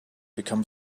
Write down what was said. become